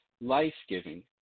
life-giving